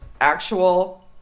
actual